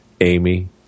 Amy